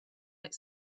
like